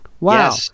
Wow